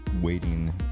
waiting